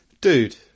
dude